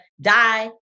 die